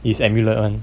is amulet [one]